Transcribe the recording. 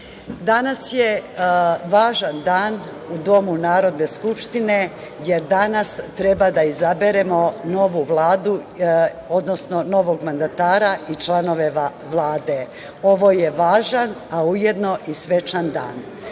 danas je važan dan u Domu Narodne skupštine, jer danas treba da izaberemo novu Vladu, odnosno novog mandatara i članove Vlade. Ovo je važan, a ujedno i svečan dan. Ono